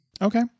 Okay